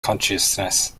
consciousness